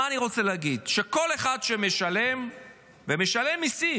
מה שאני רוצה להגיד הוא שכל אחד שמשלם ומשלם מיסים,